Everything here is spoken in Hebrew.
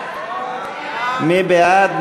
מי בעד?